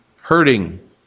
hurting